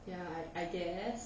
ya I I guess